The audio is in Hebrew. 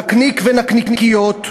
נקניק ונקניקיות,